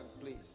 please